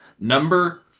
Number